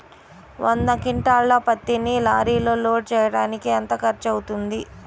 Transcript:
వంద క్వింటాళ్ల పత్తిని లారీలో లోడ్ చేయడానికి ఎంత ఖర్చవుతుంది?